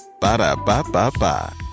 Ba-da-ba-ba-ba